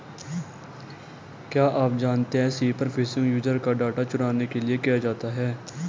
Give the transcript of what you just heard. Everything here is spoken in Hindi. क्या आप जानते है स्पीयर फिशिंग यूजर का डेटा चुराने के लिए किया जाता है?